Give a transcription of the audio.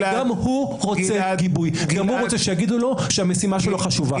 גם הוא רוצה שיגידו לו שהמשימה שלו חשובה.